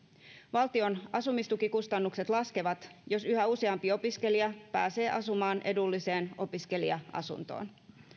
valtion asumistukikustannukset laskevat jos yhä useampi opiskelija pääsee asumaan edulliseen opiskelija asuntoon